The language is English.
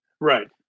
Right